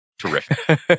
Terrific